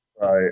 right